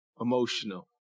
emotional